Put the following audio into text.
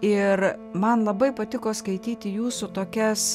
ir man labai patiko skaityti jūsų tokias